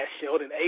Sheldon